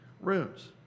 rooms